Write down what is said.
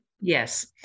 Yes